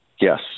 Yes